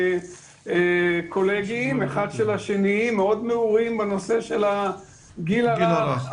אנחנו קולגים אחד של השני ומאוד מעורים בנושא של הגיל הרך,